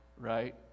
right